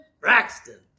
Braxton